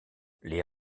les